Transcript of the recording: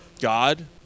God